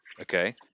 Okay